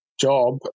job